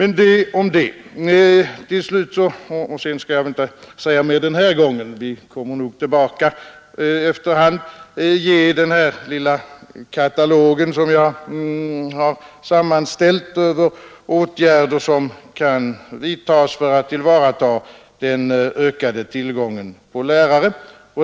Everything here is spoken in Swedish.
Jag skall väl inte säga mer om detta den här gången, men jag kommer nog tillbaka så småningom med den lilla katalog som jag har sammanställt över åtgärder för att tillvarata den ökade tillgången på lärare.